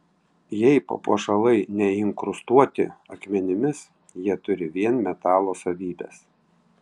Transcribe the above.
jei papuošalai neinkrustuoti akmenimis jie turi vien metalo savybes